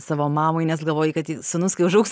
savo mamai nes galvoji kad ji sūnus kai užaugs